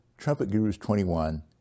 TRUMPETGURUS21